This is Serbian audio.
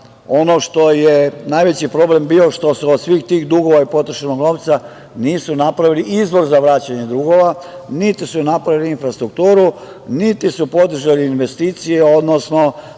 što je najveći problem bio je što od svih tih dugova od potrošenog novca nisu napravili izvor za vraćanje dugova, niti su napravili infrastrukturu, niti su podržali investicije, odnosno